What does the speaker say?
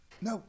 no